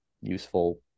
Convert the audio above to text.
useful